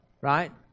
right